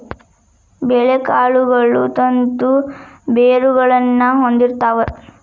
ಬೇಳೆಕಾಳುಗಳು ತಂತು ಬೇರುಗಳನ್ನಾ ಹೊಂದಿರ್ತಾವ